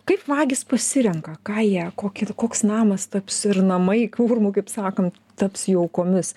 kaip vagys pasirenka ką jie kokį koks namas taps ir namai urmu kaip sakant taps jų aukomis